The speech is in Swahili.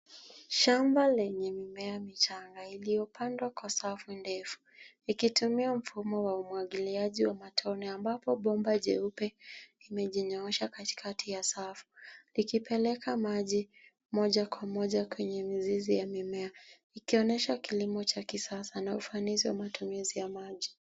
Shamba lenye mimea michanga iliyopandwa kwa safu ndefu, ikitumia mfumo wa umwagiliaji wa matone ambapo bomba jeupe imejinyoosha katikati ya safu, ikipeleka maji moja kwa moja kwenye mizizi ya mimea, ikionyesha kilimo cha kisasa na ufanisi wa matumizi ya maji.